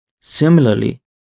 Similarly